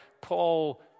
Paul